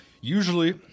Usually